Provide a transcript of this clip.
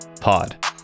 pod